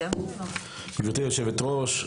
גברתי יושבת הראש,